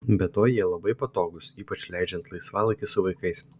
be to jie labai patogūs ypač leidžiant laisvalaikį su vaikais